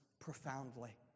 profoundly